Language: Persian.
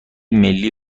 ملی